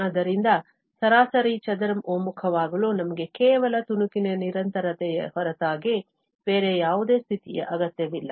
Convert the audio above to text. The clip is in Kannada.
ಆದ್ದರಿಂದ ಸರಾಸರಿ ಚದರ ಒಮ್ಮುಖವಾಗಲು ನಮಗೆ ಕೇವಲ ತುಣುಕಿನ ನಿರಂತರತೆಯ ಹೊರತಾಗಿ ಬೇರೆ ಯಾವುದೇ ಸ್ಥಿತಿಯ ಅಗತ್ಯವಿಲ್ಲ